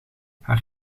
haar